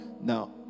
Now